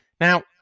Now